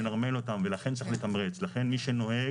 אז צריך לשקם